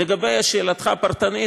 לגבי שאלתך הפרטנית,